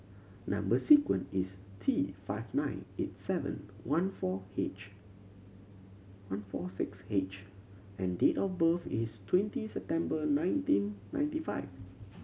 number sequence is T five nine eight seven one four H one four six H and date of birth is twenty September nineteen ninety five